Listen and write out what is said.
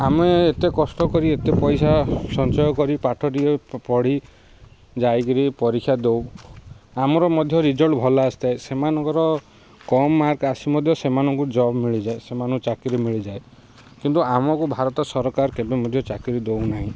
ଆମେ ଏତେ କଷ୍ଟ କରି ଏତେ ପଇସା ସଞ୍ଚୟ କରି ପାଠଟିଏ ପଢ଼ି ଯାଇ କରି ପରୀକ୍ଷା ଦଉ ଆମର ମଧ୍ୟ ରେ ଭଲ ଆସିଥାଏ ସେମାନଙ୍କର କମ୍ ମାର୍କ ଆସି ମଧ୍ୟ ସେମାନଙ୍କୁ ଜବ୍ ମିଳିଯାଏ ସେମାନଙ୍କୁ ଚାକିରି ମିଳିଯାଏ କିନ୍ତୁ ଆମକୁ ଭାରତ ସରକାର କେବେ ମଧ୍ୟ ଚାକିରି ଦେଉନାହିଁ